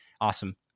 Awesome